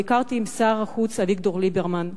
ביקרתי עם שר החוץ אביגדור ליברמן.